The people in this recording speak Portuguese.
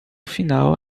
final